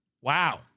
Wow